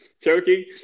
Choking